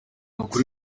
ukuri